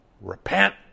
repent